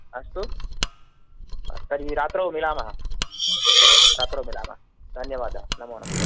अस्तु तर्हि रात्रौ मिलामः रात्रौ मिलामः धन्यावादाः नमो नमः